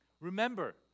Remember